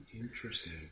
interesting